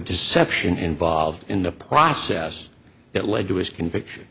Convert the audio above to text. deception involved in the process that led to his conviction